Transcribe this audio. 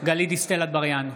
גלית דיסטל אטבריאן,